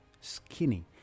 skinny